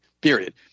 period